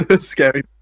Scary